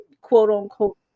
quote-unquote